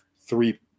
three